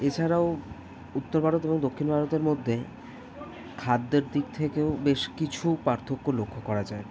এছাড়াও উত্তর ভারত এবং দক্ষিণ ভারতের মধ্যে খাদ্যের দিক থেকেও বেশ কিছু পার্থক্য লক্ষ্য করা যায়